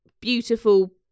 beautiful